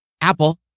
Apple